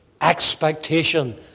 expectation